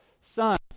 sons